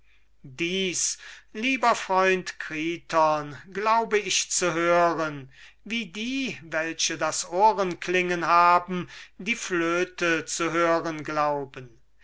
dies lieber freund kriton glaube ich zu hören wie die welche das ohrenklingen haben die flöte zu hören glauben